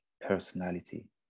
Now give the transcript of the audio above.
personality